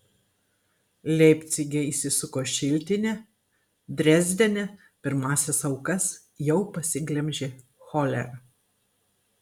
leipcige įsisuko šiltinė drezdene pirmąsias aukas jau pasiglemžė cholera